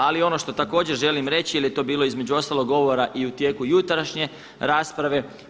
Ali ono što također želim reći, jer je to bilo između ostalog govora i u tijeku jutrašnje rasprave.